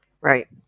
Right